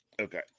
Okay